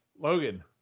Logan